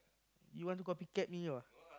you want to copycat me ah